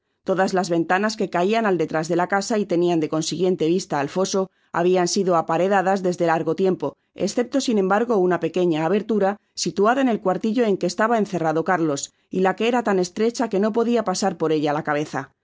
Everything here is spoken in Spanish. todas las ventanas que caian al detrás de la casa y tenian de consiguiente vista al foso habian sido aparejadas desdo largo tiempo escepto sin embargo una pequeña abertura situada en el cuartito en que estaba encerrado carlos y la que era tan estrecha que no podia pasar por ella la cabeza